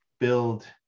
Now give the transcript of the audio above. build